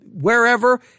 wherever